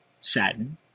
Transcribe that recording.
satin